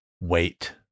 wait